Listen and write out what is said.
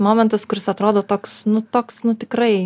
momentas kuris atrodo toks nu toks nu tikrai